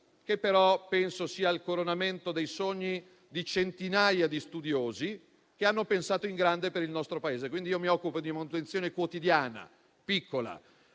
che però penso sia il coronamento dei sogni di centinaia di studiosi che hanno pensato in grande per il nostro Paese. Io mi occupo di manutenzione quotidiana, piccola,